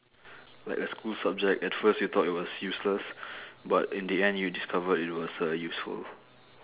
like a school subject at first you thought it was useless but in the end you discovered it was uh useful